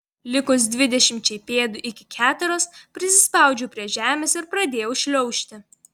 likus dvidešimčiai pėdų iki keteros prisispaudžiau prie žemės ir pradėjau šliaužti